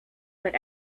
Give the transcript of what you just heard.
but